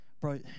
bro